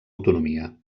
autonomia